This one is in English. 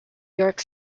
york